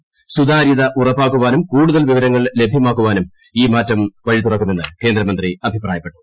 സ്ഥുതാരൃത ഉറപ്പാക്കാനും കൂടുതൽ വിവര ങ്ങൾ ലഭ്യമാക്കാനും ഈ മാറ്റും വഴിതുറക്കുമെന്ന് കേന്ദ്രമന്ത്രി അഭിപ്രായ പ്പെട്ടു